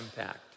impact